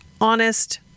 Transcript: honest